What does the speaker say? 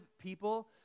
people